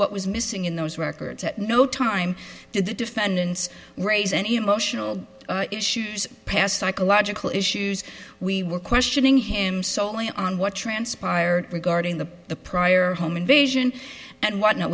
what was missing in those records at no time did the defendant's raise any emotional issues past psychological issues we were questioning him solely on what transpired regarding the the prior home invasion and whatnot